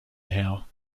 her